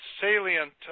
salient